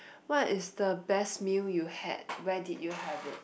what is the best meal you had where did you have it